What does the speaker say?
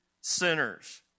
sinners